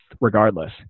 regardless